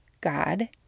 God